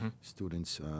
students